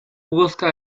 busca